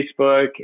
facebook